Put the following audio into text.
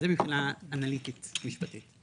אז זה מבחינה אנליטית משפטית,